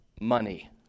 money